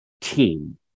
team